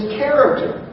character